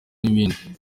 n’ibindi